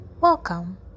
welcome